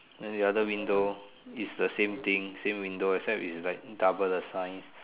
then the other window is the same thing same window except it's like double the size